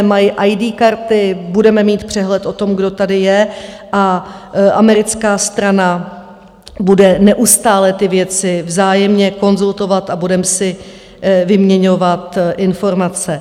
Mají ID karty, budeme mít přehled o tom, kdo tady je, a americká strana bude neustále ty věci vzájemně konzultovat a budeme si vyměňovat informace.